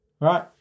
right